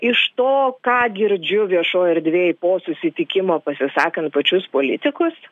iš to ką girdžiu viešoj erdvėj po susitikimo pasisakant pačius politikus